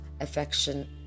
affection